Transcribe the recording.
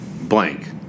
blank